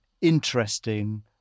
interesting